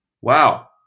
Wow